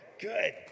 Good